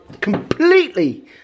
completely